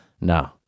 no